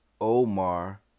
Omar